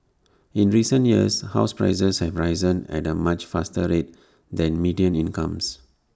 in recent years house prices have risen at A much faster rate than median incomes